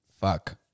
Fuck